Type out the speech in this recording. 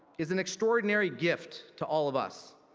is an extraordinary gift to all of us.